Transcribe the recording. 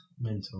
Mental